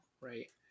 right